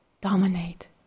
dominate